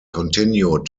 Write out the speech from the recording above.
continued